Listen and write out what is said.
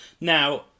Now